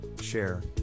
share